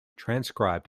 transcribed